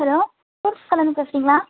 hello fruits கடையிலருந்து பேசுறிங்களா